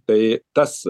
tai tas